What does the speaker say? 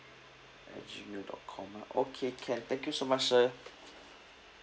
at gmail dot com ah okay can thank you so much sir